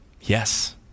yes